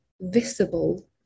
visible